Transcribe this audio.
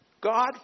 God